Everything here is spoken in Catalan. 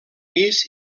pis